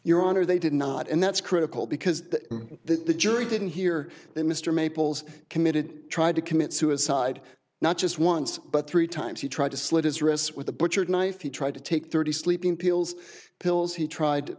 your honor they did not and that's critical because that the jury didn't hear that mr maples committed tried to commit suicide not just once but three times he tried to slit his wrists with a butcher knife he tried to take thirty sleeping pills pills he tried